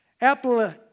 Apple